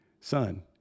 son